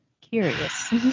Curious